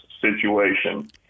situation